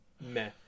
meh